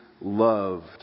loved